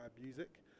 music